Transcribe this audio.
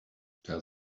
tell